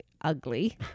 ugly